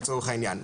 לצורך העניין,